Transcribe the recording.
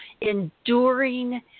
enduring